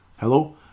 Hello